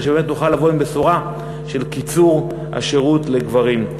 אלא שבאמת נוכל לבוא עם בשורה של קיצור השירות לגברים.